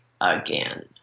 again